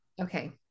Okay